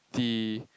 the